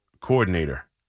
coordinator